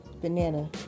banana